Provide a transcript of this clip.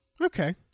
Okay